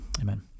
Amen